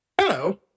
Hello